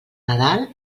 nadal